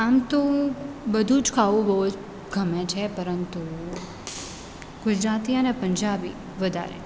આમ તો હું બધું જ ખાવું બહુ જ ગમે છે પરંતુ ગુજરાતી અને પંજાબી વધારે